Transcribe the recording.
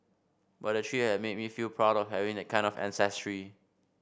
but the trip at made me feel proud of having that kind of ancestry